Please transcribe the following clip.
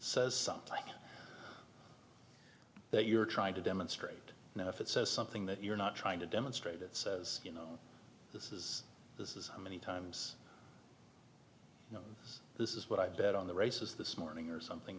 says something that you're trying to demonstrate now if it says something that you're not trying to demonstrate it says you know this is this is how many times this is what i bet on the races this morning or something